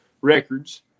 records